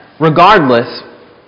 regardless